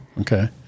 Okay